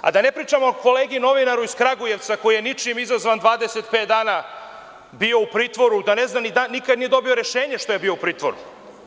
a da ne pričamo o kolegi novinaru iz Kragujevca koji je ničim izazvan 25 dana bio u pritvoru, nikad nije dobio rešenje što je bio u pritvoru.